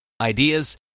ideas